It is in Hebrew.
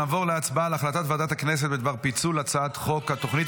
נעבור להצבעה על החלטת ועדת הכנסת בדבר פיצול הצעת חוק התוכנית